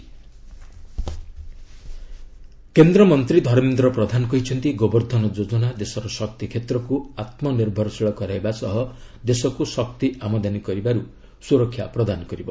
ଗୋବର୍ଦ୍ଧନ ଯୋଜନା କେନ୍ଦ୍ରମନ୍ତ୍ରୀ ଧର୍ମେନ୍ଦ୍ର ପ୍ରଧାନ କହିଛନ୍ତି ଗୋବର୍ଦ୍ଧନ ଯୋଜନା ଦେଶର ଶକ୍ତିକ୍ଷେତ୍ରକୁ ଆତ୍ମନିର୍ଭରଶୀଳ କରାଇବା ସହ ଦେଶକୁ ଶକ୍ତି ଆମଦାନୀ କରିବାରୁ ସୁରକ୍ଷା ପ୍ରଦାନ କରିବ